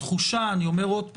אני אומר עוד פעם,